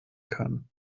kann